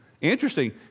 interesting